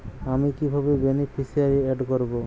আমি কিভাবে beneficiary add করব?